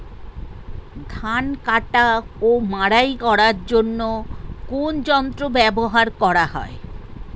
ধান কাটা ও মাড়াই করার জন্য কোন যন্ত্র ব্যবহার করা হয়?